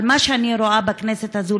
אבל מה שאני רואה בכנסת הזאת,